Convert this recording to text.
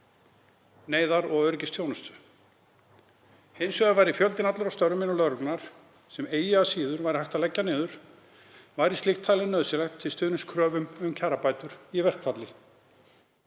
neyðar- og öryggisþjónustu. Hins vegar væri fjöldinn allur af störfum innan lögreglunnar sem eigi að síður væri hægt að leggja niður væri slíkt talið nauðsynlegt til stuðnings kröfum um kjarabætur í verkfalli.